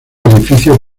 edificio